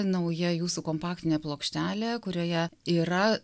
nauja jūsų kompaktinė plokštelė kurioje yra